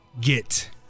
get